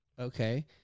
Okay